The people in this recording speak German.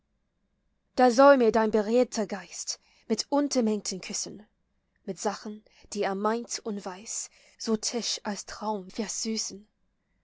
da soll mir dein beredter geist mit untermengten küssen mit sachen die er meint und weiß so tisch als traum versüßen